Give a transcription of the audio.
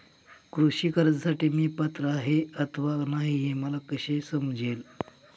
कृषी कर्जासाठी मी पात्र आहे अथवा नाही, हे मला कसे समजेल?